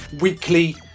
weekly